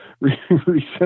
recently